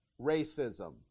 racism